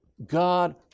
God